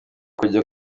kujya